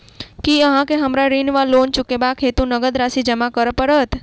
की अहाँ केँ हमरा ऋण वा लोन चुकेबाक हेतु नगद राशि जमा करऽ पड़त?